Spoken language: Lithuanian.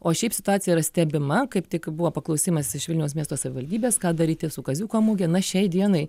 o šiaip situacija yra stebima kaip tik buvo paklausimas iš vilniaus miesto savivaldybės ką daryti su kaziuko muge na šiai dienai